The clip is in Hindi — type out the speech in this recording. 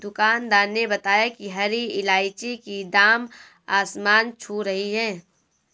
दुकानदार ने बताया कि हरी इलायची की दाम आसमान छू रही है